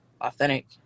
authentic